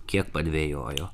kiek padvejojo